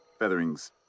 Featherings